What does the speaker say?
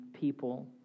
people